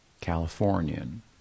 Californian